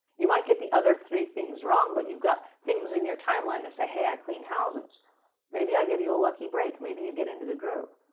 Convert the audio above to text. you might get the other three things wrong but you've got things in your timeline it's a hey i clean house it's maybe i'll give you a lucky break maybe you get into the group.